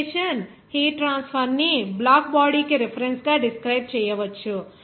radiation heat transfer ని black body కి reference గా డిస్క్రైబ్ చేయవచ్చు